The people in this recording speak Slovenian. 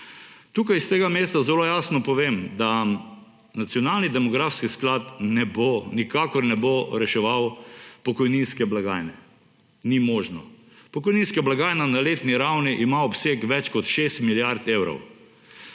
Tukaj iz tega mesta zelo jasno povem, da nacionalni demografski sklad ne bo, nikakor ne bo reševal pokojninske blagajne, ni možno. Pokojninska blagajna ima na letni ravni obseg več kot 6 milijard evrov.